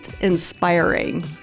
inspiring